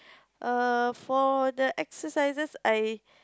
err for the exercises I